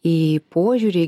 į požiūrį